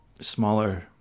smaller